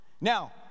Now